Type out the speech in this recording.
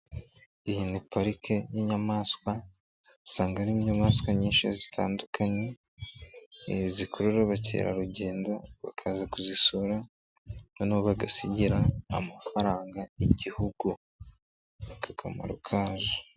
Pariki y'inyamaswa usanga ari' inyamaswa nyinshi zitandukanye zikaba zikurura abakerarugendo bakaza kuzisura hano bagasigira igihugu amafaranga.